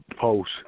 post